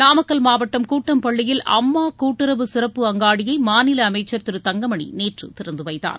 நாமக்கல் மாவட்டம் கூட்டம்பள்ளியில் அம்மா கூட்டுறவு சிறப்பு அங்காடியை மாநில அமைச்சர் திரு தங்கமணி நேற்று திறந்து வைத்தார்